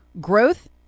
growth